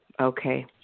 okay